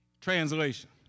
Translation